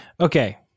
Okay